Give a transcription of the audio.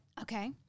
Okay